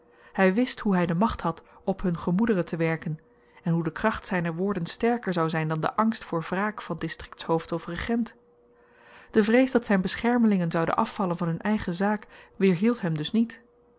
hy wist hoe hy de macht had op hun gemoederen te werken en hoe de kracht zyner woorden sterker zyn zou dan de angst voor wraak van distriktshoofd of regent de vrees dat zyn beschermelingen zouden afvallen van hun eigen zaak weerhield hem dus niet